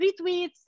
retweets